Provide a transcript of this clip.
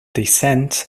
descent